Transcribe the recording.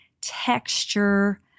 texture